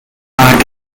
art